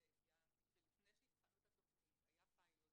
לפני שהתחלנו את התוכנית היה פיילוט